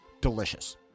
Delicious